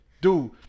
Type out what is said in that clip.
Dude